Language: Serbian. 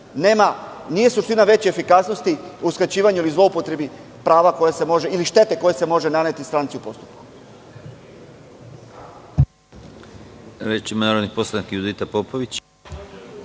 Nije suština veće efikasnosti uskraćivanje ili zloupotreba prava ili štete koja se može naneti stranci u postupku.